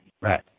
Right